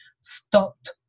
stopped